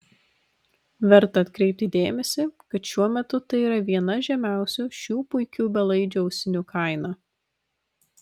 verta atkreipti dėmesį kad šiuo metu tai yra viena žemiausių šių puikių belaidžių ausinių kaina